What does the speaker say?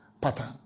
pattern